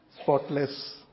spotless